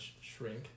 shrink